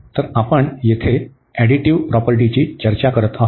तर आपण येथे एडिटिव्ह प्रॉपर्टीची चर्चा करीत आहोत